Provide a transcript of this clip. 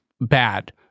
bad